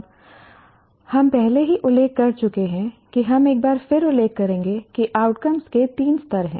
अब हम पहले ही उल्लेख कर चुके हैं कि हम एक बार फिर उल्लेख करेंगे कि आउटकम के तीन स्तर हैं